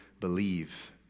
believe